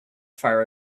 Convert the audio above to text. fire